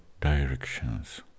directions